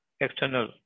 external